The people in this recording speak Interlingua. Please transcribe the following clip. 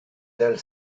del